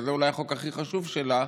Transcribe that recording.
שזה אולי החוק הכי חשוב שלה,